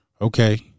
Okay